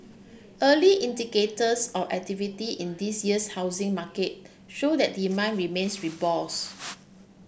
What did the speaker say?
early indicators of activity in this year's housing market show that demand remains robust